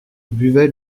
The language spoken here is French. buvait